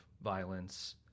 violence